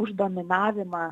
už dominavimą